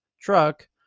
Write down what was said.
truck